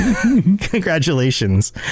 Congratulations